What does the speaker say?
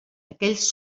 aquells